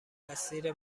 مسیر